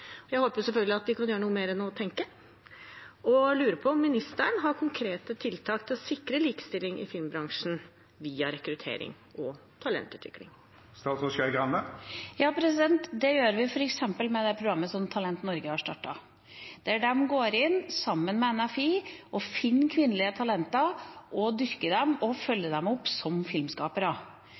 talentutvikling. Jeg håper selvfølgelig at vi kan gjøre noe mer enn å tenke, og lurer på om ministeren har konkrete tiltak for å sikre likestilling i filmbransjen via rekruttering og talentutvikling. Det gjør vi med f.eks. det programmet som Talent Norge har startet, der de går sammen med NFI, finner kvinnelige talenter, dyrker dem og følger dem opp som filmskapere.